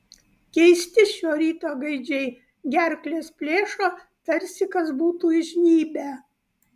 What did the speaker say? keisti šio ryto gaidžiai gerkles plėšo tarsi kas būtų įžnybę